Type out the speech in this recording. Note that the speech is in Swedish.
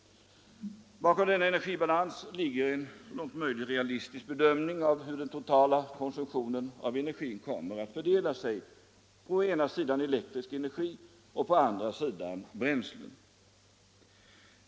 Bakom denna energibalans ligger en så långt möjligt realistisk bedömning av hur den totala konsumtionen av energi kommer att fördela sig på å ena sidan elektrisk energi och å andra sidan andra bränslen.